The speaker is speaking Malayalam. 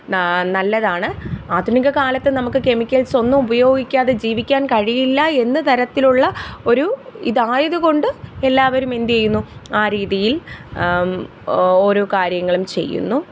നല്ലതാണ് ആധുനികകാലത്ത് നമുക്ക് കെമിക്കൽസ് ഒന്നും ഉപയോഗിക്കാതെ ജീവിക്കാൻ കഴിയില്ല എന്ന തരത്തിലുള്ള ഒരു ഇതായതുകൊണ്ട് എല്ലാവരും എന്ത് ചെയ്യുന്നു ആ രീതിയിൽ ഓരോ കാര്യങ്ങളും ചെയ്യുന്നു